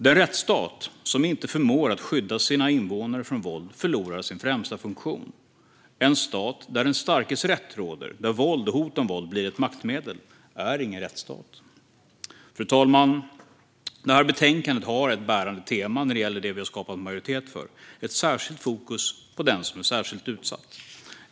Den rättsstat som inte förmår att skydda sina invånare från våld förlorar sin främsta funktion. En stat där den starkes rätt råder och där våld och hot om våld blir ett maktmedel är ingen rättsstat. Fru talman! Det här betänkandet har ett bärande tema när det gäller det vi har skapat majoritet för: ett särskilt fokus på den som är särskilt utsatt.